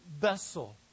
vessel